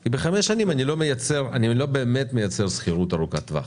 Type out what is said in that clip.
כי ב-5 שנים אני לא באמת מייצר שכירות ארוכת טווח,